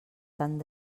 tant